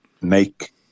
make